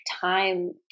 time